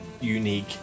unique